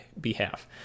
behalf